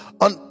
on